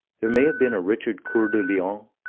there may have been a richard coeur de lion,